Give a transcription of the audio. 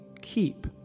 keep